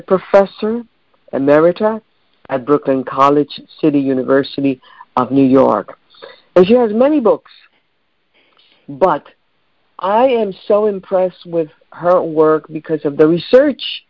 a professor emeritus at brooklyn college city university of new york here as many books but i am so impressed with her work because of the research